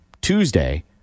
Tuesday